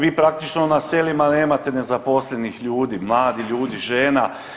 Vi praktično na selima nemate nezaposlenih ljudi, mladih ljudi, žena.